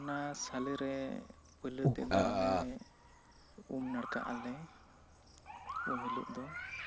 ᱚᱱᱟ ᱥᱟᱞᱮᱨᱮ ᱯᱩᱭᱞᱩ ᱛᱮᱫᱚ ᱟᱞᱮ ᱩᱢ ᱱᱟᱲᱠᱟᱜ ᱟᱞᱮ ᱩᱱ ᱦᱤᱞᱚᱜ ᱫᱚ